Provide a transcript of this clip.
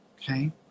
okay